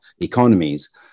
economies